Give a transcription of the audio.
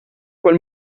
quel